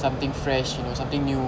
something fresh you know something new